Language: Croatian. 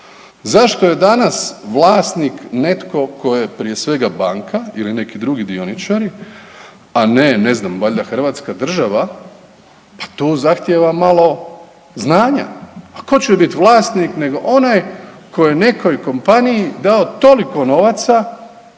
Zašto je danas vlasnik netko tko je prije svega banka ili neki drugi dioničari, a ne ne znam valjda Hrvatska država. Pa tu zahtjeva malo znanja. A tko će bit vlasnik nego onaj koji je nekoj kompaniji dao toliko novaca,